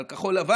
על כחול לבן,